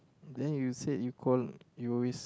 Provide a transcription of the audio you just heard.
then you said you called you always